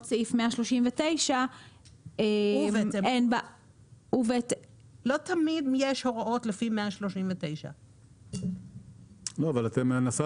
סעיף 139". לא תמיד יש הוראות לפי 139. אבל את מנסה